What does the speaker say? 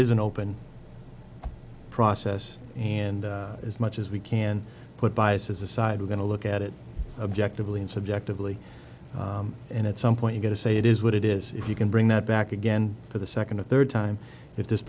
is an open process and as much as we can put biases aside we're going to look at it objectively and subjectively and at some point you get to say it is what it is if you can bring that back again for the second or third time if this